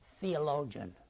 theologian